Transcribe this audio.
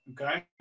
okay